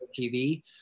TV